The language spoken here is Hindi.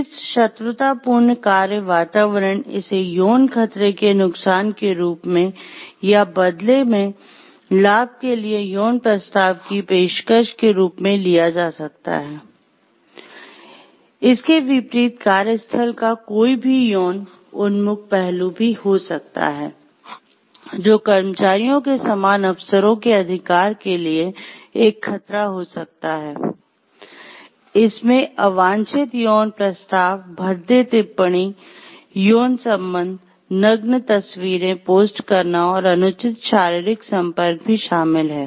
इस शत्रुतापूर्ण कार्य वातावरण इसे यौन खतरे के नुकसान के रूप में या बदले में लाभ के लिए यौन प्रस्ताव की पेशकश के रूप में लिया जा सकता है इसके विपरीत कार्यस्थल का कोई भी यौन उन्मुख पहलू भी हो सकता है जो कर्मचारियों के समान अवसरों के अधिकार के लिए एक खतरा हो सकता है इसमें अवांछित यौन प्रस्ताव भद्दे टिप्पणी यौन संबंध नग्न तस्वीरें पोस्ट करना और अनुचित शारीरिक संपर्क भी शामिल हैं